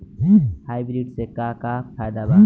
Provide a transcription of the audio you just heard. Hybrid से का का फायदा बा?